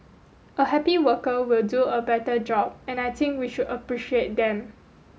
a happy worker will do a better job and I think we should appreciate them